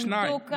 למדו כאן,